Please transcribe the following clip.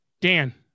Dan